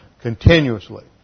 continuously